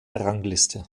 rangliste